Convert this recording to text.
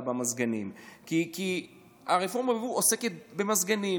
במזגנים כי הרפורמה ביבוא עוסקת במזגנים,